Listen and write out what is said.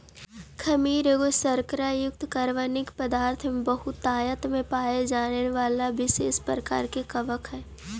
खमीर एगो शर्करा युक्त कार्बनिक पदार्थ में बहुतायत में पाबे जाए बला विशेष प्रकार के कवक हई